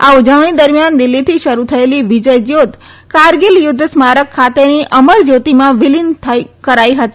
આ ઉજવણી દરમિયાન દિલ્હીથી શરૂ થયેલી વિજય જયોત કારગીલ યુધ્ધ સ્મારક ખાતેની અમરજયોતીમાં વિલિન કરાઈ હતી